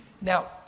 Now